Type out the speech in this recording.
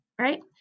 right